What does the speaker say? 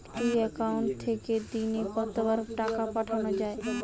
একটি একাউন্ট থেকে দিনে কতবার টাকা পাঠানো য়ায়?